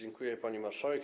Dziękuję, pani marszałek.